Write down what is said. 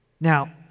Now